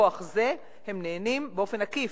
מכוח זה הם נהנים, באופן עקיף,